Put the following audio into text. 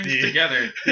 together